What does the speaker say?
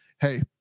Hey